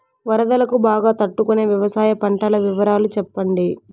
వరదలకు బాగా తట్టు కొనే వ్యవసాయ పంటల వివరాలు చెప్పండి?